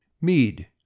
Mead